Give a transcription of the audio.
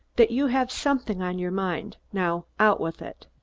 that you have something on your mind. now, out with it.